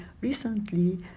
recently